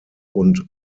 und